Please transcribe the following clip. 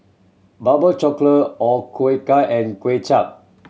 barbe cockle O Ku Kueh and Kuay Chap